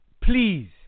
please